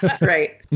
Right